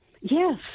Yes